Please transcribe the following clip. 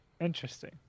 interesting